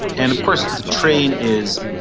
and of course the train is,